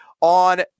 on